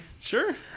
Sure